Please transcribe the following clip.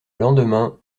lendemain